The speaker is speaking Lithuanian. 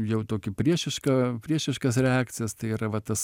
jau tokį priešišką priešiškas reakcijas tai yra va tas